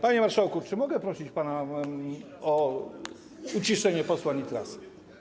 Panie marszałku, czy mogę prosić pana o uciszenie posła Nitrasa?